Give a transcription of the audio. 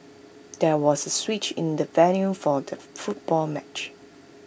there was A switch in the venue for the football match